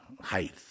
height